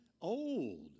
old